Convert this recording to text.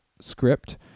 script